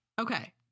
Okay